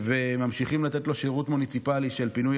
וממשיכים לתת לו שירות מוניציפלי של פינוי